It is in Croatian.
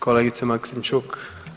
Kolegice Maksimčuk.